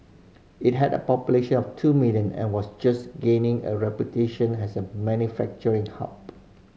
it had a population of two million and was just gaining a reputation as a manufacturing hub